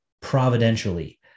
providentially